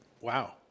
Wow